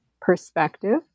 perspective